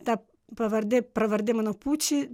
ta pravardė pravardė mano puči